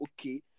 okay